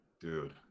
Dude